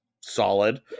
solid